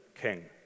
king